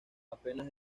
apenas